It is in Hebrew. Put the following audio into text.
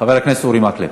חבר הכנסת אורי מקלב.